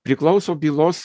priklauso bylos